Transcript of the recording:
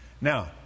Now